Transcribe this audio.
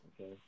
okay